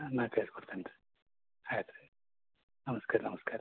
ಹಾಂ ನಾ ಕಳಿಸಿ ಕೊಡ್ತೇನೆ ರೀ ಆಯಿತು ರೀ ನಮಸ್ಕಾರ ನಮಸ್ಕಾರ ರೀ